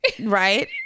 Right